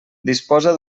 disposa